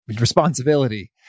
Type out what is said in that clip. responsibility